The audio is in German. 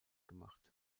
gemacht